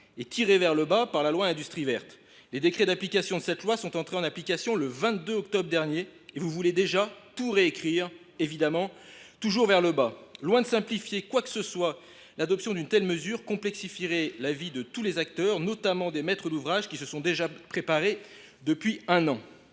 et tirées vers le bas par la loi Industrie verte. Les décrets d’application de ce texte sont entrés en application le 22 octobre dernier, et vous voulez déjà tout réécrire – évidemment, en tirant toujours vers le bas. Loin de simplifier quoi que ce soit, l’adoption d’une telle mesure complexifierait la vie de tous les acteurs, notamment les maîtres d’ouvrage, qui se sont préparés depuis un an.